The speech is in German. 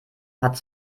hat